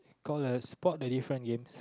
call a support the different games